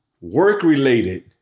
Work-related